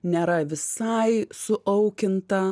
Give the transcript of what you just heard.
nėra visai suaukinta